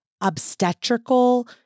obstetrical